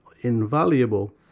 invaluable